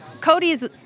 Cody's